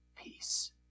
peace